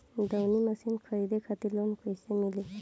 दऊनी मशीन खरीदे खातिर लोन कइसे मिली?